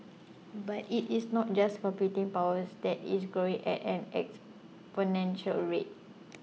but it is not just computing power that is growing at an exponential rate